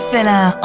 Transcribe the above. Filler